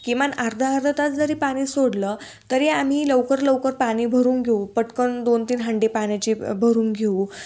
किमान अर्धा अर्धा तास जरी पाणी सोडलं तरी आम्ही लवकर लवकर पाणी भरून घेऊ पटकन दोन तीन हंडे पाण्याची भरून घेऊ